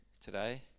today